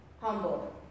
humble